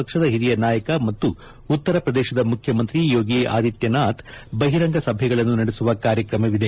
ಪಕ್ಷದ ಹಿರಿಯ ನಾಯಕ ಮತ್ತು ಉತ್ತರ ಪ್ರದೇಶದ ಮುಖ್ಯಮಂತ್ರಿ ಯೋಗಿ ಆದಿತ್ದನಾಥ್ ಬಹಿರಂಗ ಸಭೆಗಳನ್ನು ನಡೆಸುವ ಕಾರ್ಕಕಮವಿದೆ